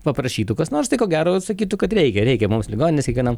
paprašytų kas nors tai ko gero sakytų kad reikia reikia mums ligoninės kiekvienam